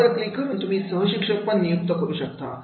यावर क्लिक करुन तुम्ही सहशिक्षक पण नियुक्त करू शकता